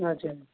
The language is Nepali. हजुर